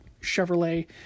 Chevrolet